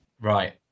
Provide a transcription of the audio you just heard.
Right